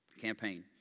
campaign